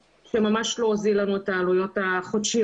שממש לא הוזיל לנו את העלויות החודשיים